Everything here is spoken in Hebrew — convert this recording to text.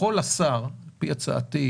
ההצעה שלי